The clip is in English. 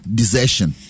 desertion